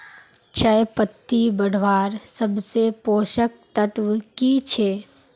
चयपत्ति बढ़वार सबसे पोषक तत्व की छे?